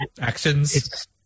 Actions